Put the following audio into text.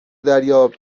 دریاب